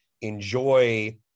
enjoy